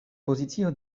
pozicio